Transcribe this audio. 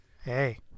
Hey